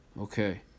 Okay